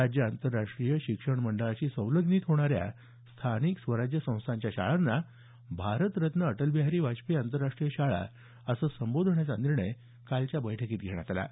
राज्य आंतरराष्ट्रीय शिक्षण मंडळाशी संलग्नित होणाऱ्या स्थानिक स्वराज्य संस्थांच्या शाळांना भारतरत्न अटलबिहारी वाजपेयी आंतरराष्टीय शाळा असं संबोधण्याचा निर्णय कालच्या बैठकीत घेण्यात आला आहे